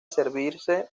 servirse